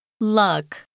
luck